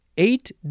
Eight